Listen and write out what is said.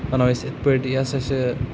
وَنو أسۍ یِتھ پٲٹھۍ یہِ ہَسا چھِ